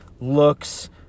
looks